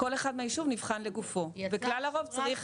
כל אחד מהישוב נבחן לגופו וכלל הרוב צריך,